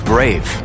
Brave